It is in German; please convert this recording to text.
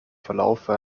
verlaufe